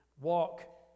walk